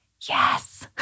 yes